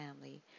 family